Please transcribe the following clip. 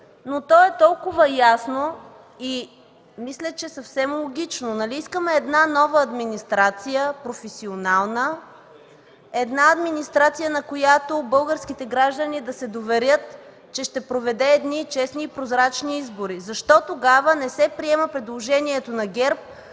но то е толкова ясно и мисля, че е съвсем логично. Искаме една нова администрация, професионална, на която българските граждани да се доверят, че ще проведе честни и прозрачни избори. Защо тогава не се приема предложението на ГЕРБ